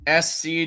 SC